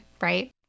right